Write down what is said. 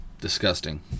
Disgusting